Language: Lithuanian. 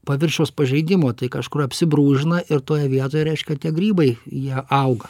paviršiaus pažeidimo tai kažkur apsibrūžina ir toje vietoje reiškia tie grybai jie auga